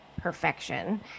perfection